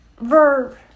verb